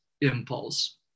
impulse